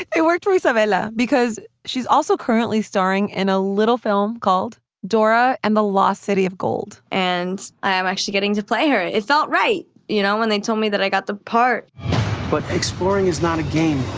it worked for isabela because she's also currently starring in a little film called dora and the lost city of gold. and i am actually getting to play her. it felt right, you know, when they told me that i got the part but exploring is not a game.